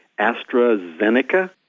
AstraZeneca